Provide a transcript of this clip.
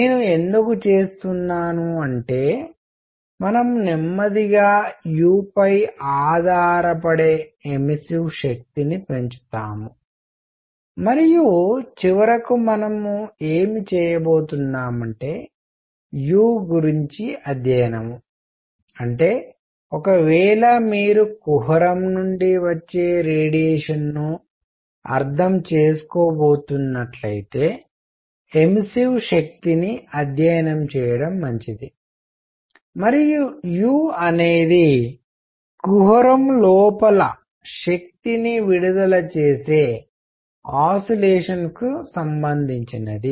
నేను ఎందుకు చేస్తున్నాను అంటే మనము నెమ్మదిగా u పై ఆధారపడే ఎమిసివ్ శక్తిని పెంచుతాము మరియు చివరకు మనం ఏమి చేయబోతున్నామంటే u గురించి అధ్యయనం అంటే ఒకవేళ మీరు కుహరం నుండి వచ్చే రేడియేషన్ ను అర్థం చేసుకోబోతున్నట్లయితే ఎమిసివ్ శక్తిని అధ్యయనం చేయడం మంచిది మరియు u అనేది కుహరం లోపల శక్తిని విడుదల చేసే ఆసిలేషన్కు డోలకములకు సంబంధించినది